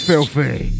Filthy